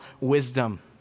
wisdom